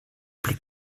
plus